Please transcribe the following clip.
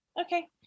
Okay